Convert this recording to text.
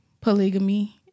polygamy